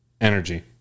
energy